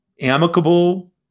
amicable